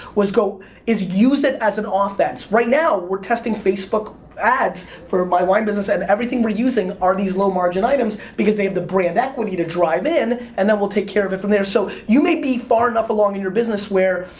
is use it as an ah offense. right now, we're testing facebook ads for my wine business, and everything we're using are these low-margin items, because they have the brand equity to drive in, and then we'll take care of it from there, so you may be far enough along in your business where,